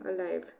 alive